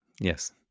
Yes